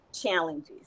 challenges